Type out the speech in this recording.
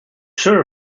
sure